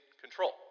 control